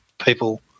people